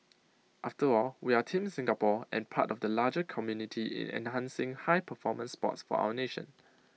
after all we are Team Singapore and part of the larger community in enhancing high performance sports for our nation